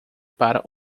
para